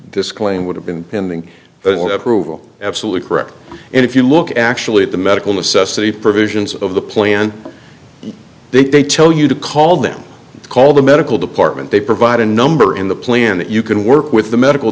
disclaim would have been pending approval absolutely correct and if you look actually at the medical necessity provisions of the plan they tell you to call them call the medical department they provide a number in the plan that you can work with the medical